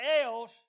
else